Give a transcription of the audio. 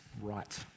right